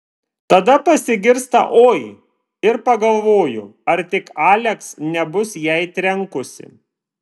tada pasigirsta oi ir pagalvoju ar tik aleks nebus jai trenkusi